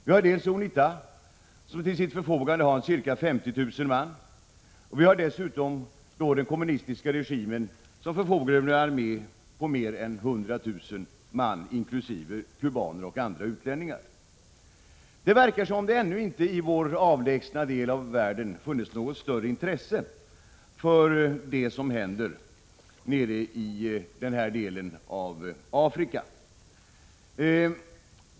Vi har dels UNITA, som till sitt förfogande har ca 50 000 man, dels den kommunistiska regimen, som förfogar över en armé på mer än 100 000 man inkl. kubaner och andra utlänningar. Det verkar som om det ännu inte i vår avlägsna del av världen funnes något större intresse för det som händer i den här delen av Afrika.